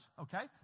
okay